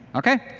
okay?